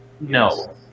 no